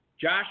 Josh